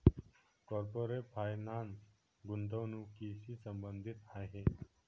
corporate finance गुंतवणुकीशी संबंधित आहे